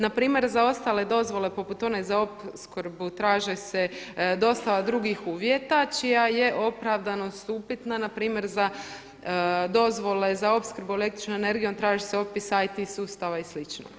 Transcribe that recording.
Na primjer za ostale dozvole poput one za opskrbu traže se dosta drugih uvjeta čija je opravdanost upitna npr. za dozvole za opskrbu električnom energijom traži se opis IT sustava i slično.